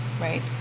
right